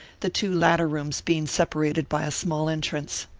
the two latter rooms being separated by a small entrance.